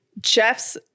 Jeff's